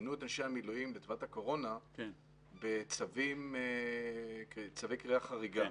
שזימנו את אנשי המילואים בתקופת הקורונה בצווי קריאה חריגה.